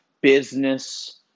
business